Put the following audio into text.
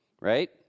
right